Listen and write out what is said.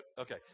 Okay